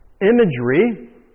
imagery